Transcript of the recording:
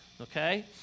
Okay